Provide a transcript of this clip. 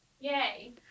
Yay